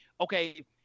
okay